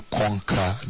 conquer